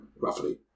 roughly